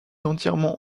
entièrement